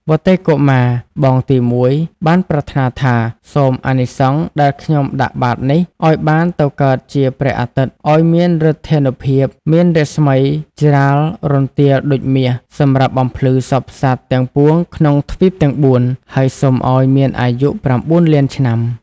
វត្តិ កុមារ (បងទីមួយ) បានប្រាថ្នាថា "សូមអានិសង្សដែលខ្ញុំដាក់បាត្រនេះ ឱ្យបានទៅកើតជា ព្រះអាទិត្យ ឱ្យមានឫទ្ធានុភាព មានរស្មីច្រាលរន្ទាលដូចមាស សម្រាប់បំភ្លឺសព្វសត្វទាំងពួងក្នុងទ្វីបទាំង ៤ ហើយសូមឱ្យមានអាយុ ៩ លានឆ្នាំ"។